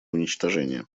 уничтожения